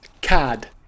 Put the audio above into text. Cad